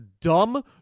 dumb